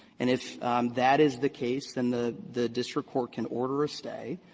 and if that is the case, then the the district court can order a stay.